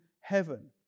heaven